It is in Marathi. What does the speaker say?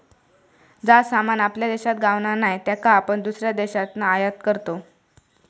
जा सामान आपल्या देशात गावणा नाय त्याका आपण दुसऱ्या देशातना आयात करतव